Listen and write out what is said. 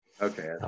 Okay